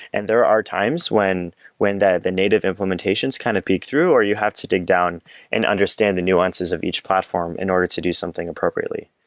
and there are times when that the the native implementations kind of peek through, or you have to dig down and understand the nuances of each platform in order to do something appropriately